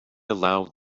aloud